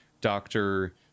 doctor